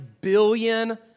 billion